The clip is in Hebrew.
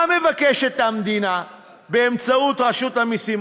מה מבקשת המדינה באמצעות רשות המסים?